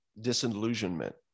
disillusionment